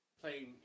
playing